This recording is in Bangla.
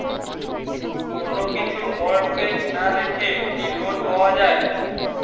কোন কিছু মর্টগেজ না রেখে কি লোন পাওয়া য়ায়?